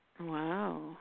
Wow